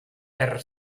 per